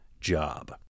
job